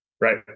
right